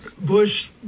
Bush